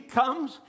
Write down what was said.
comes